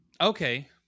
Okay